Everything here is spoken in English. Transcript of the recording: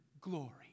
glory